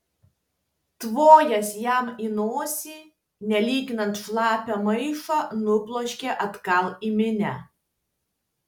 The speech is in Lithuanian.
tvojęs jam į nosį nelyginant šlapią maišą nubloškė atgal į minią